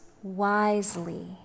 wisely